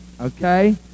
Okay